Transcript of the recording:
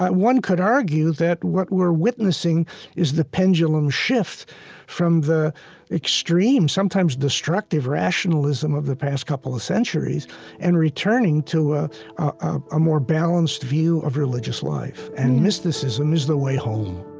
one could argue that what we're witnessing is the pendulum shift from the extreme, sometimes destructive rationalism of the past couple of centuries and returning to a ah ah more balanced view of religious life. and mysticism is the way home